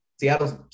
Seattle's